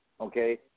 Okay